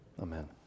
Amen